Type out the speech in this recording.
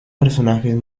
personajes